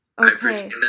Okay